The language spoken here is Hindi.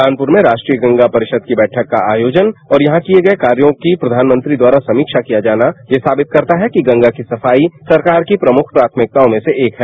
कानपुर में राष्ट्रीय गंगा परिषद की बैठक का आयोजन और यहां किये गए कार्यो की प्रधानमंत्री द्वारा समीक्षा किया जाना यह साबित करता है कि गंगा की सफाई सरकार की प्रमुख प्राथमिकताओं में से एक है